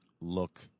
look